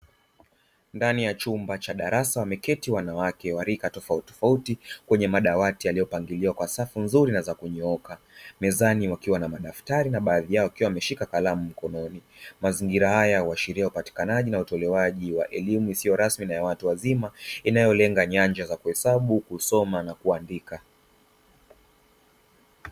Ndani ya chumba cha darasa wameketi wanawake wa rika tofautitofauti, kwenye madawati yaliyopangiliwa kwa safu nzuri na kunyooka. Mezani wakiwa na madaftari na baadhi yao wakiwa wameshika kalamu mkononi. Mazingira haya yanaashiria upatikanaji na utolewaji wa elimu ya watu wazima, inayolenga yanja za kuhesabu, kusoma na kuandika.